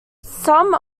some